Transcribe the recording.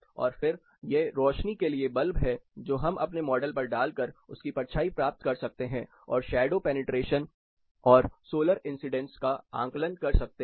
और फिर ये रोशनी के लिए बल्ब है जो हम अपने मॉडल पर डाल कर उसकी परछाई प्राप्त कर सकते हैं और शैडो पेनिट्रेशन और सोलर इंसीडेंस का आकलन कर सकते हैं